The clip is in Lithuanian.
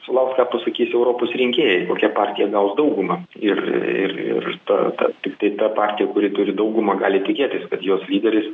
sulaukt ką pasakys europos rinkėjai kokia partija gaus daugumą ir ir ir ta ta tiktai ta partija kuri turi daugumą gali tikėtis kad jos lyderis